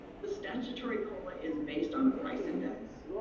the statutory cola is based on a price index,